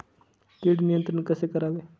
कीड नियंत्रण कसे करावे?